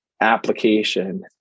application